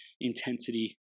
intensity